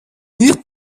nicht